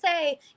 say